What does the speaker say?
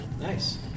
Nice